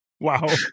wow